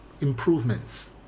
improvements